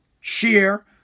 share